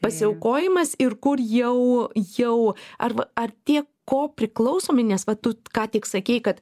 pasiaukojimas ir kur jau jau ar arba tiek kopriklausomi nes va tu ką tik sakei kad